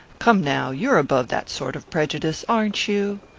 come now, you're above that sort of prejudice, aren't you?